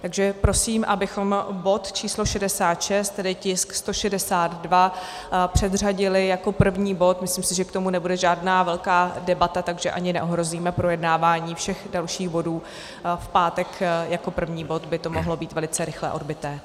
Takže prosím, abychom bod č. 66, tedy tisk 162, předřadili jako první bod, myslím si, že k tomu nebude žádná velká debata, takže ani neohrozíme projednávání všech dalších bodů, v pátek jako první bod by to mohlo být velice rychle odbyté.